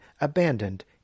abandoned